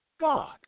God